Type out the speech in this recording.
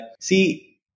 see